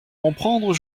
comprendre